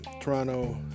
Toronto